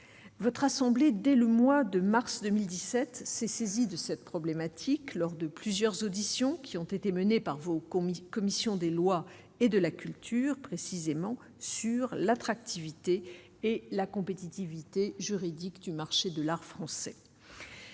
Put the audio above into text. votre assemblée dès le mois de mars 2017 s'est saisi de cette problématique lors de plusieurs auditions qui ont été menées par vos comités, commission des lois et de la culture précisément sur l'attractivité et la compétitivité juridique du marché de l'art français,